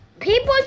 People